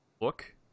look